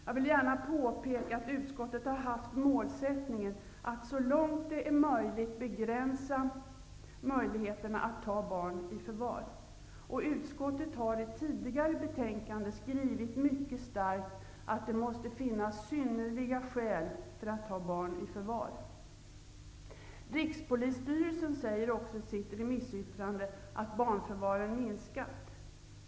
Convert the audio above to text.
Jag vill gärna påpeka att utskottet har haft målsättningen att så långt det går begränsa möjligheterna att ta barn i förvar. Utskottet har i tidigare betänkanden skrivit mycket starkt att det måste finnas synnerliga skäl för att ta barn i förvar. Rikspolisstyrelsen säger också i sitt remissyttrande att barnförvaren minskat.